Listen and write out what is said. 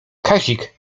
kazik